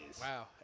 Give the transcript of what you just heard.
Wow